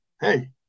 Hey